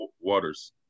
Waters